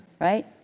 right